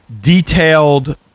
detailed